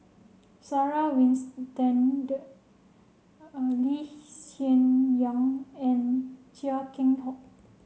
Sarah Winstedt Lee Hsien Yang and Chia Keng Hock